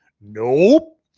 Nope